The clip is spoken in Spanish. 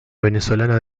venezolana